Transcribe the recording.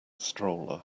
stroller